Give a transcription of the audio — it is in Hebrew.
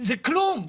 זה כלום.